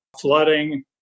flooding